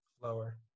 lower